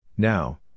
Now